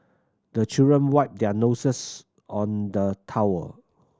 the children wipe their noses on the towel